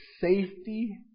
safety